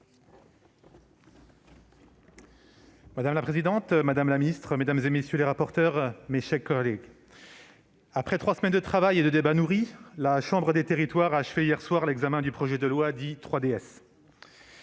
Madame la présidente, madame la ministre, mes chers collègues, après trois semaines de travail et de débats nourris, la chambre des territoires a achevé hier soir l'examen du projet de loi dit 3DS.